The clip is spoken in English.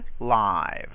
live